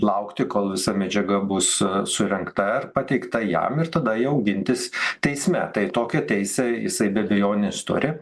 laukti kol visa medžiaga bus surengtair pateikta jam ir tada jau gintis teisme tai tokią teisę jisai be abejonės turi